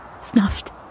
Snuffed